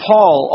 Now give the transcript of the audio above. Paul